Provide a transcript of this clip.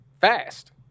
fast